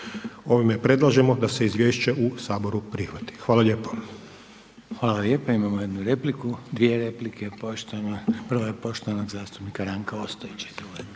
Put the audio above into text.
Ovime predlažemo da se izvješće u saboru prihvati. Hvala lijepo. **Reiner, Željko (HDZ)** Hvala lijepo. Imamo jednu repliku, dvije replike poštovani, prva je poštovana zastupnika Ranka Ostojića.